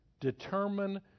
determine